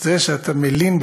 זה שאתה מלין,